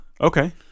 Okay